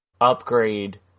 upgrade